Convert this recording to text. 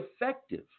effective